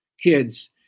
kids